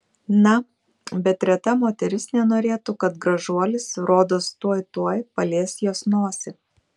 na bet reta moteris nenorėtų kad gražuolis rodos tuoj tuoj palies jos nosį